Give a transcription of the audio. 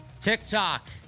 TikTok